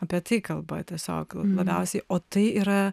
apie tai kalba tiesiog labiausiai o tai yra